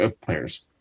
players